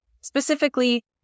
specifically